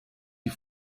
die